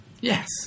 Yes